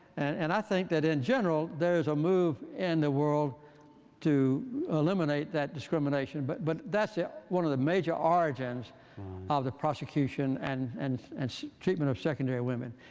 and i think that in general, there is a move in and the world to eliminate that discrimination. but but that's yeah one of the major origins of the prosecution and and and so treatment of secondary women.